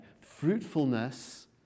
fruitfulness